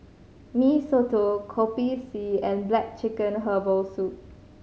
Mee Soto Kopi C and black chicken herbal soup